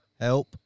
Help